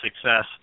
success